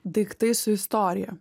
daiktai su istorija